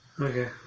Okay